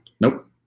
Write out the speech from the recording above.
Nope